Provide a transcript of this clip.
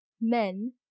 men